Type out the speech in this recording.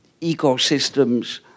ecosystems